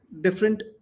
different